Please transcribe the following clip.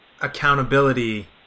accountability